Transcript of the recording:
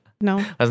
No